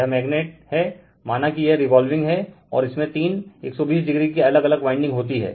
यह मैगनेट हैं माना की यह रेवोल्विंग हैं और इसमें तीन 120o की अलग अलग वाइंडिंग होती है